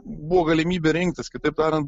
buvo galimybė rinktis kitaip tariant